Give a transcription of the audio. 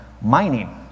mining